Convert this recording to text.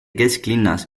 kesklinnas